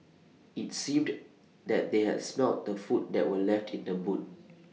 IT seemed that they had smelt the food that were left in the boot